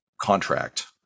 contract